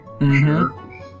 Sure